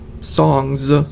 songs